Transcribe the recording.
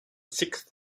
sixth